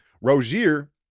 Rozier